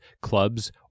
clubs